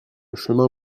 chemin